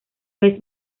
vez